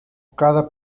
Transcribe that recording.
cada